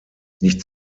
nicht